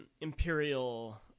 imperial